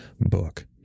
book